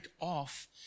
off